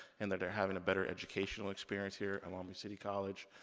and that they're having a better educational experience here at long beach city college.